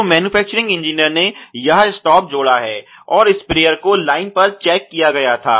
तो manufacturing engineer ने यह स्टॉप जोड़ा है और स्प्रेयर को लाइन पर चेक किया गया था